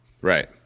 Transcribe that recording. Right